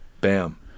bam